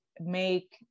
make